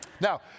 Now